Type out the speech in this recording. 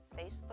Facebook